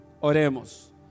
oremos